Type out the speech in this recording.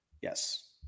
yes